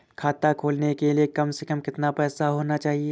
खाता खोलने के लिए कम से कम कितना पैसा होना चाहिए?